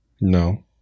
No